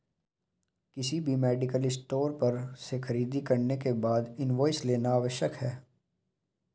किसी भी medical store पर से खरीदारी के बाद इनवॉइस लेना आवश्यक है